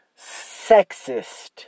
sexist